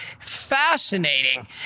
fascinating